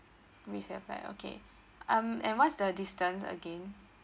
means your flat okay um and what's the distance again